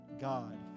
God